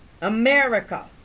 America